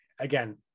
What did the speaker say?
again